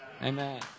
Amen